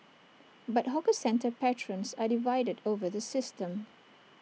but hawker centre patrons are divided over the system